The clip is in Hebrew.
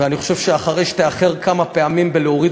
ואני חושב שאחרי שתאחר כמה פעמים בלהוריד